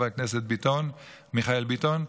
חבר כנסת מיכאל ביטון,